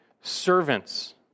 servants